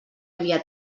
havia